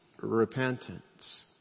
repentance